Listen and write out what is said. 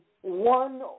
one